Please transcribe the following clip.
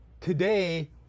today